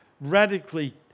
radically